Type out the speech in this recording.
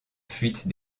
fuite